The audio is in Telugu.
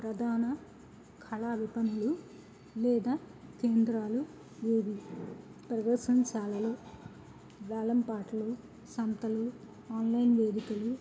ప్రధాన కళా నిపుణులు లేదా కేంద్రాలు ఏవి ప్రదర్శనశాలలు వేలం పాటలు సంతలు ఆన్లైన్ వేదికలు